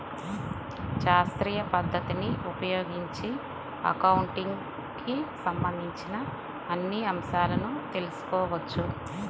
శాస్త్రీయ పద్ధతిని ఉపయోగించి అకౌంటింగ్ కి సంబంధించిన అన్ని అంశాలను తెల్సుకోవచ్చు